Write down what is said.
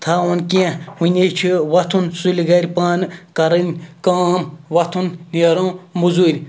تھاوُن کینٛہہ وَنہِ چھُ وَتھُن سُلہِ گَرِ پانہٕ کَرٕنۍ کٲم وۄتھُن نیرُن مٔزوٗرِ